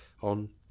on